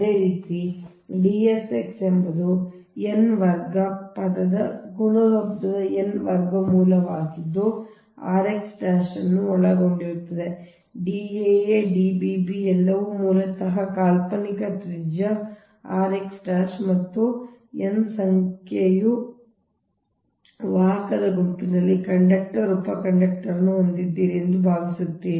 ಅದೇ ರೀತಿ D s x ಎಂಬುದು n ವರ್ಗ ಪದದ ಗುಣಲಬ್ಧದ n ವರ್ಗಮೂಲವಾಗಿದ್ದು ಇದು r x ಅನ್ನು ಒಳಗೊಂಡಿರುತ್ತದೆ ಅದು D aa D bb ಎಲ್ಲವೂ ಮೂಲತಃ ಕಾಲ್ಪನಿಕ ತ್ರಿಜ್ಯ r x ಮತ್ತು ನೀವು n ಸಂಖ್ಯೆಯ ವಾಹಕದ ಗುಂಪಿನಲ್ಲಿ ನಿಮ್ಮ ಕಂಡಕ್ಟರ್ ಉಪ ಕಂಡಕ್ಟರ್ ಅನ್ನು ಹೊಂದಿದ್ದೀರಿ ಎಂದು ನೀವು ಭಾವಿಸುತ್ತೀರಿ